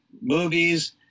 movies